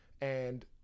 And-